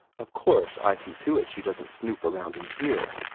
of course i see to it she doesn't snoop around in here.